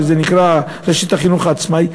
שנקראת רשת החינוך העצמאי.